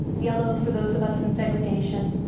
yellow for those of us in segregation,